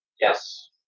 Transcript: Yes